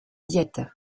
diète